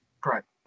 correct